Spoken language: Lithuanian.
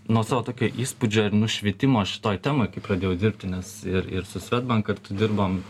nuo savo tokio įspūdžio ir nušvitimo šitoj temoj kai pradėjau dirbti nes ir ir su swedbank kartu dirbam